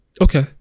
okay